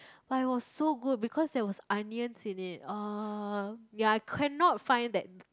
but it was so good because there was onions in it !ah! ya I cannot find that